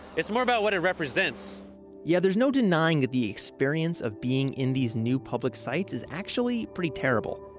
it's more about what it represents yeah, there's no denying the experience of being in these new public sites is actually pretty terrible.